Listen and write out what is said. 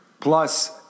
Plus